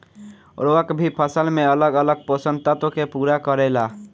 उर्वरक भी फसल में अलग अलग पोषण तत्व के पूरा करेला